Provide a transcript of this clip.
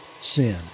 sin